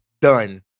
done